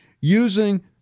using